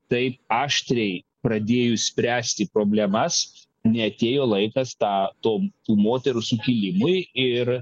taip aštriai pradėjus spręsti problemas neatėjo laikas tą tom moterų sukilimui ir